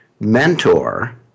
mentor